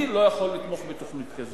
אני לא יכול לתמוך בתוכנית כזו.